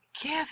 give